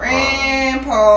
Grandpa